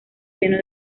lleno